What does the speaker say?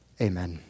amen